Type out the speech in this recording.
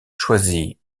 choisit